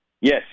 Yes